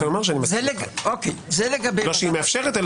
שמאפשרת.